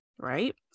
right